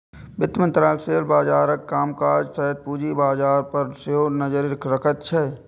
वित्त मंत्रालय शेयर बाजारक कामकाज सहित पूंजी बाजार पर सेहो नजरि रखैत छै